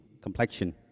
complexion